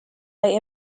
lay